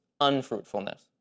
unfruitfulness